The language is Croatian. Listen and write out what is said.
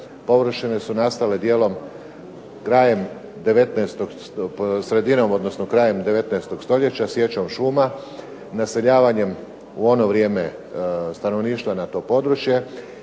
površine su nastale dijelom krajem 19. stoljeća sječom šuma, naseljavanjem u ono vrijeme stanovništva na to područje,